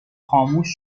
خاموش